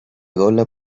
gola